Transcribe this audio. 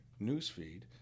newsfeed